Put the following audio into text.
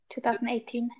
2018